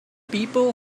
people